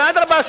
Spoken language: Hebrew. ואדרבה,